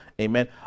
amen